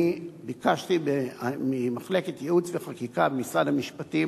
אני ביקשתי ממחלקת ייעוץ וחקיקה במשרד המשפטים